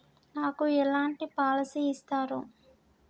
నాకు ఎలాంటి పాలసీ ఇస్తారు?